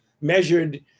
measured